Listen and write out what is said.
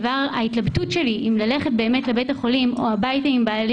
ההתלבטות שלי אם ללכת לבית החולים או הביתה עם בעלי